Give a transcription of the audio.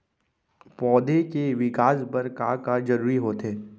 पौधे के विकास बर का का जरूरी होथे?